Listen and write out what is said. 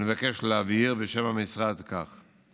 אני מבקש להבהיר בשם המשרד כך: